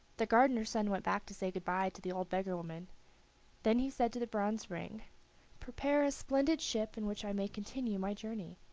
the gardener's son went back to say good-by to the old beggar-woman then he said to the bronze ring prepare a splendid ship in which i may continue my journey.